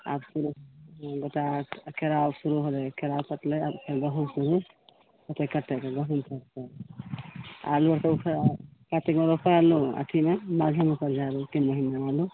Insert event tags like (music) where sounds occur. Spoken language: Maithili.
आब शुरू गोटा केराउ शुरू होलै केराउ कटलै आब गहूँम शुरू ओते कटे गहूँमके आलूके ऊखरल कातिकमे रोपएल अथीमे माघेमे (unintelligible) तीन महिना आलू